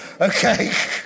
Okay